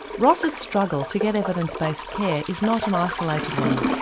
ross's struggle to get evidence based care is not an isolated one.